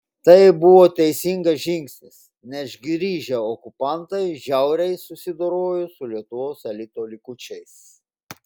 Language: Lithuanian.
tai buvo teisingas žingsnis nes grįžę okupantai žiauriai susidorojo su lietuvos elito likučiais